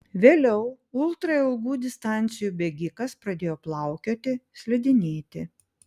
vėliau ultra ilgų distancijų bėgikas pradėjo plaukioti slidinėti